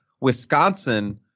Wisconsin